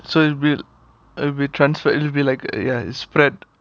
so it'll be it'll be transferred it'll be like uh ah s~ spread